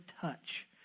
touch